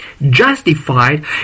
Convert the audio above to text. Justified